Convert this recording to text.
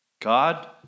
God